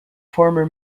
former